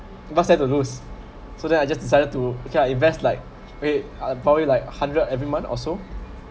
what side to lose so then I just decided to okay I invest like okay uh probably like hundred every month or so